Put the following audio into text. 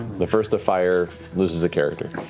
the first to fire loses a character.